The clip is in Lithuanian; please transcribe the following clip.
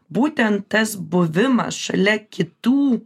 būtent tas buvimas šalia kitų